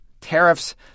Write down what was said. tariffs